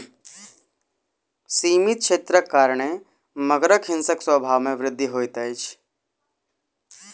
सीमित क्षेत्रक कारणेँ मगरक हिंसक स्वभाव में वृद्धि होइत अछि